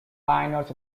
pioneers